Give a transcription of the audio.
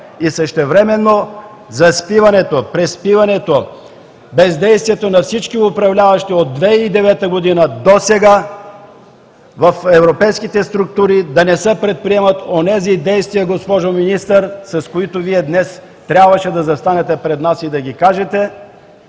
Същевременно заспиването, приспиването, бездействието на всички управляващи от 2009 г. досега в европейските структури да не се предприемат онези действия, госпожо Министър, с които Вие днес трябваше да застанете пред нас и да ги кажете.